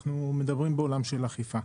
אנחנו מדברים בעולם של אכיפה.